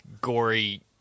gory